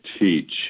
teach